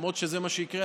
למרות שזה מה שיקרה,